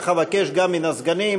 כך אבקש גם מן הסגנים.